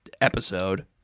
episode